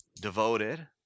devoted